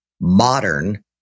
modern